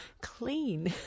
clean